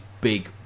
big